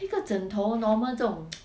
一个枕头 normal 这种